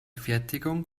fertigung